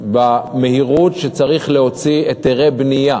במהירות שבה צריך להוציא היתרי בנייה,